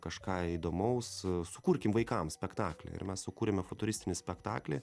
kažką įdomaus sukurkim vaikam spektaklį ir mes sukūrėme futuristinį spektaklį